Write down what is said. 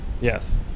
yes